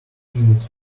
minutes